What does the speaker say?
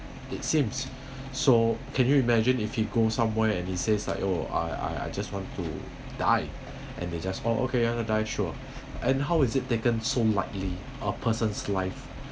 it seems so can you imagine if he goes somewhere and he says like oh I I I just want to die and they just oh okay want to die sure and how is it taken so lightly a person's life